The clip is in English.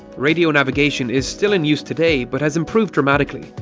radio navigation is still in use today, but has improved dramatically.